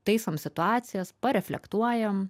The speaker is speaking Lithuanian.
taisom situacijas pareflektuojam